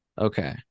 okay